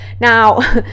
Now